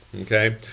okay